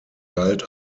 galt